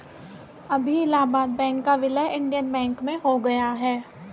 अभी इलाहाबाद बैंक का विलय इंडियन बैंक में हो गया है